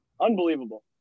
unbelievable